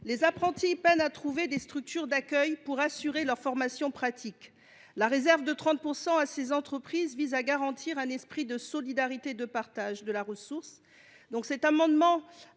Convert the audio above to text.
Les apprentis peinent à trouver des structures d’accueil pour assurer leur formation pratique. La réserve de 30 % pour ces entreprises vise à garantir un esprit de solidarité et de partage de la ressource.